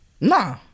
Nah